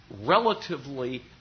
relatively